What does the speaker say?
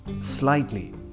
slightly